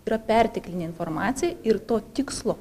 yra perteklinė informacija ir to tikslo